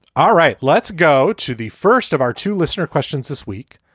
all right. let's go to the first of our two listener questions this week.